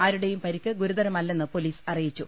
ആരുടെയും പരിക്ക് ഗുരുതരമല്ലെന്ന് പൊലീസ് അറിയിച്ചു